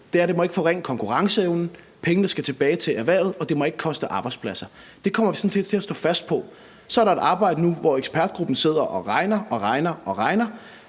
er, at det ikke må forringe konkurrenceevnen, pengene skal tilbage til erhvervet, og det må ikke koste arbejdspladser. Det kommer vi sådan set til at stå fast på. Så er der et arbejde nu, hvor ekspertgruppen sidder og regner og regner, og når